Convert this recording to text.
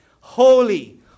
holy